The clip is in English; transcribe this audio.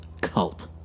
cult